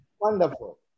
Wonderful